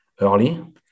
early